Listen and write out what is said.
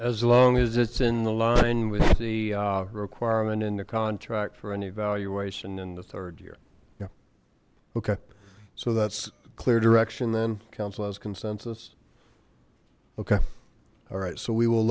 as long as it's in the line with the requirement in the contract for an evaluation in the third year yeah okay so that's clear direction then council has consensus okay all right so we will